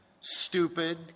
stupid